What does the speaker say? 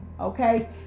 Okay